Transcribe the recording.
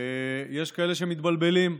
ויש כאלה שמתבלבלים,